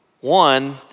One